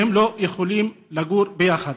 והם לא יכולים לגור יחד.